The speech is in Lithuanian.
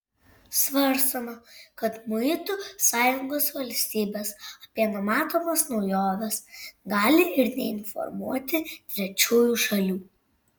svarstoma kad muitų sąjungos valstybės apie numatomas naujoves gali ir neinformuoti trečiųjų šalių